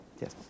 Yes